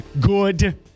Good